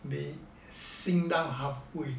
they sink down halfway